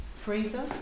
freezer